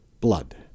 blood